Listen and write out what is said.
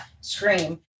scream